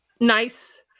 nice